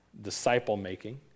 disciple-making